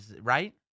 right